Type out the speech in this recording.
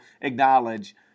acknowledge